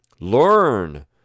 Learn